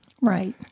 Right